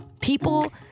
People